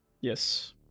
Yes